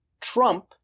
Trump